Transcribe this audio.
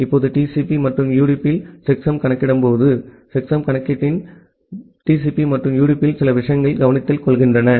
இப்போது TCP மற்றும் UDP இல் செக்சம் கணக்கிடும்போது செக்சம் கணக்கீட்டின் போது TCP மற்றும் UDP சில விஷயங்களை கவனத்தில் கொள்கின்றன